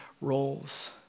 roles